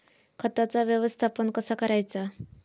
खताचा व्यवस्थापन कसा करायचा?